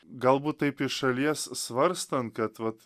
galbūt taip iš šalies svarstan kad vat